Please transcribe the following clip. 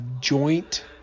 joint